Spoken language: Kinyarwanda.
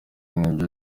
nibyo